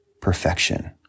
perfection